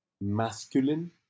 Masculine